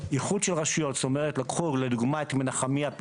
לקחו את מנחמיה,